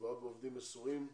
מדובר בעובדים מסורים,